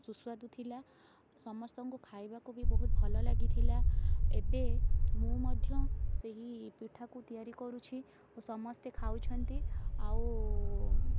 ସୁସ୍ୱାଦୁ ଥିଲା ସମସ୍ତଙ୍କୁ ଖାଇବାକୁ ବହୁତ ଭଲ ଲାଗିଥିଲା ଏବେ ମୁଁ ମଧ୍ୟ ସେହି ପିଠାକୁ ତିଆରି କରୁଛି ସମସ୍ତେ ଖାଉଛନ୍ତି ଆଉ